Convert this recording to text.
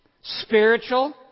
spiritual